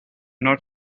not